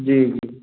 जी जी